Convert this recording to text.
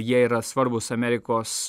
jie yra svarbūs amerikos